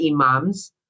imams